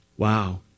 Wow